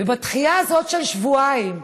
ובדחייה הזאת של שבועיים,